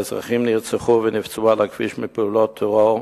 ואזרחים נרצחו ונפצעו על הכביש מפעולות טרור,